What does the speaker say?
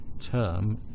term